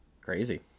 Crazy